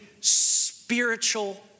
spiritual